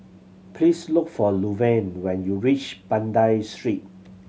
please look for Luverne when you reach Banda Street